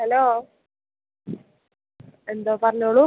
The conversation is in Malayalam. ഹലോ എന്താണ് പറഞ്ഞോളൂ